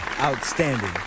Outstanding